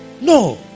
no